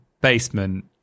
basement